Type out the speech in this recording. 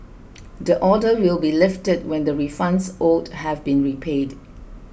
the order will be lifted when the refunds owed have been repaid